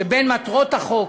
שבין מטרות החוק